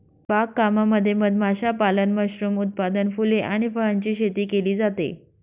बाग कामामध्ये मध माशापालन, मशरूम उत्पादन, फुले आणि फळांची शेती केली जाते